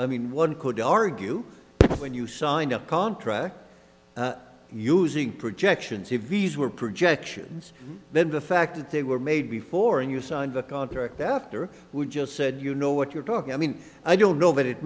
let mean one could argue when you signed up contract using projections you viz were projections then the fact that they were made before and you signed the contract after we just said you know what you're talking i mean i don't know that it